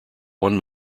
one